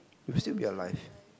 we will still be alive